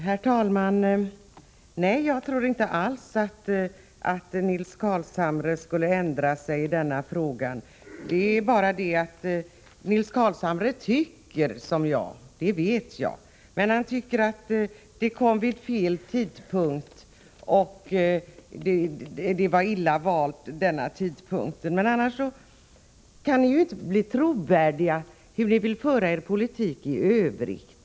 Herr talman! Nej, jag har inte alls trott att Nils Carlshamre skulle ändra sig i denna fråga. Jag vet att han har samma uppfattning om detta förslag som jag, men han tycker att det kom vid en illa vald tidpunkt. Ni moderater kan inte bli trovärdiga då ni vill föra besparingspolitik i övrigt.